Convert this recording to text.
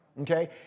Okay